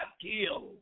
kill